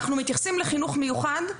אנחנו מתייחסים לחינוך מיוחד,